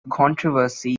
controversy